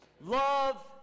love